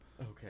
Okay